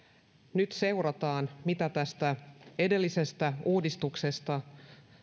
nyt seurataan mitä tästä edellisestä uudistuksesta